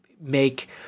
make